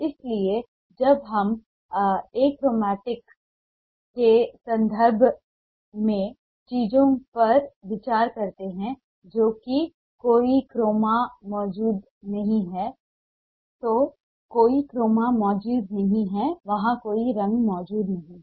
इसलिए जब हम अक्रोमेटिक ग्रे के संदर्भ में चीजों पर विचार करते हैं जो कि कोई क्रोमा मौजूद नहीं है तो अरोमा कोई क्रोमा नहीं है कोई क्रोमा मौजूद नहीं है वहां कोई रंग मौजूद नहीं है